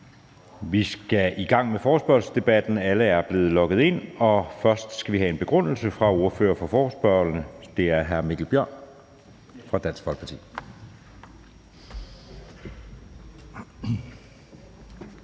Vi skal i gang med forespørgselsdebatten. Alle er blevet logget ind. Først skal vi have en begrundelse fra ordføreren for forespørgerne. Det er hr. Mikkel Bjørn fra Dansk Folkeparti. Kl.